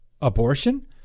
abortion